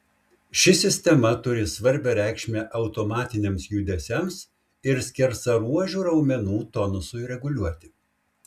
ši sistema turi svarbią reikšmę automatiniams judesiams ir skersaruožių raumenų tonusui reguliuoti